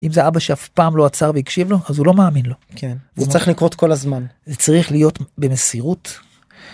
אם זה אבא שאף פעם לא עצר והקשיב לו אז הוא לא מאמין לו. כן. זה צריך לקרות כל הזמן. זה צריך להיות במסירות.